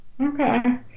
Okay